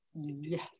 Yes